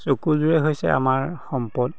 চকুযোৰে হৈছে আমাৰ সম্পদ